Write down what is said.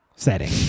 setting